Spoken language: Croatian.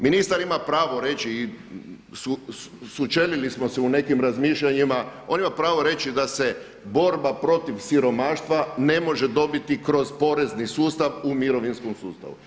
Ministar ima pravo reći i sučelili smo se u nekim razmišljanjima, on ima pravo reći da se borba protiv siromaštva ne može dobiti kroz porezni sustav u mirovinskom sustavu.